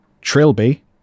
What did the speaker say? Trilby